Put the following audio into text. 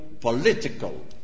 political